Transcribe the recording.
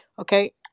Okay